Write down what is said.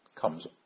comes